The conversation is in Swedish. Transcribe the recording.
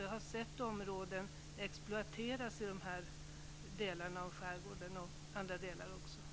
Jag har sett områden i de här delarna och i andra delar av skärgården bli exploaterade.